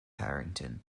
harrington